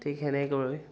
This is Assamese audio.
ঠিক সেনেকৈ